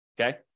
okay